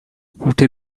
fifty